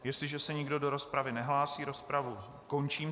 Jestliže se nikdo do rozpravy nehlásí, rozpravu končím.